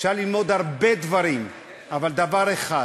אפשר ללמוד הרבה דברים, אבל דבר אחד,